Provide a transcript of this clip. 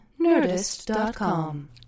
nerdist.com